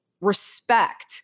respect